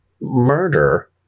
murder